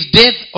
death